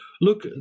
look